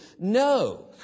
No